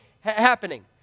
happening